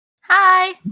Hi